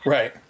Right